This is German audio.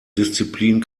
disziplin